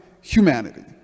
humanity